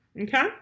okay